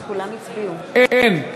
אין.